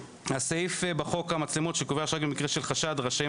הסעיף בחוק המצלמות שקובע שרק במקרה של חשד רשאים